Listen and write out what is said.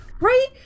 right